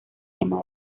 tema